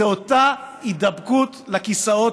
זאת אותה הידבקות לכיסאות,